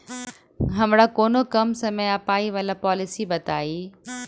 हमरा कोनो कम समय आ पाई वला पोलिसी बताई?